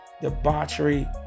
debauchery